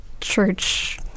church